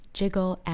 jiggle